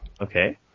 Okay